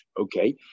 okay